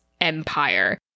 Empire